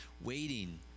waiting